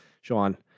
Sean